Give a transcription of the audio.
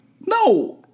No